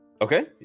Okay